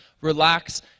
relax